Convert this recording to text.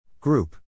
Group